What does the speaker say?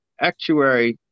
actuary